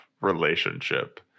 relationship